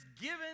given